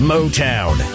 Motown